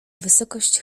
wysokość